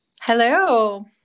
Hello